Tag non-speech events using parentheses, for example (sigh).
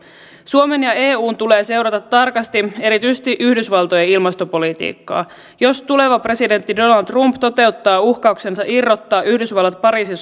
suomen ja eun tulee seurata tarkasti erityisesti yhdysvaltojen ilmastopolitiikkaa jos tuleva presidentti donald trump toteuttaa uhkauksensa irrottaa yhdysvallat pariisin (unintelligible)